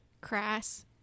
crass